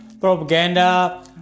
propaganda